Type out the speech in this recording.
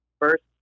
first